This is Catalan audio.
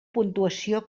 puntuació